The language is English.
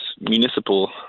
municipal